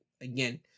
again